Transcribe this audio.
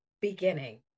beginning